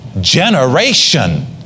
generation